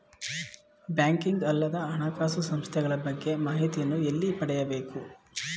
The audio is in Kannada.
ಬ್ಯಾಂಕಿಂಗ್ ಅಲ್ಲದ ಹಣಕಾಸು ಸಂಸ್ಥೆಗಳ ಬಗ್ಗೆ ಮಾಹಿತಿಯನ್ನು ಎಲ್ಲಿ ಪಡೆಯಬೇಕು?